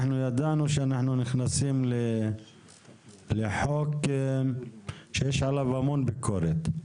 אנחנו ידענו שאנחנו נכנסים לחוק שיש עליו המון ביקורת.